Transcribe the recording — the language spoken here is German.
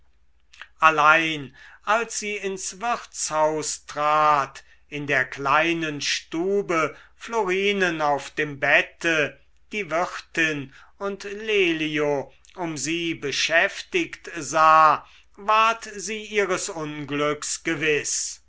allein als sie ins wirtshaus trat in der kleinen stube florinen auf dem bette die wirtin und lelio um sie beschäftigt sah ward sie ihres unglücks